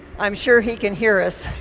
i'm sure he can hear us.